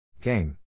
game